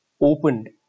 opened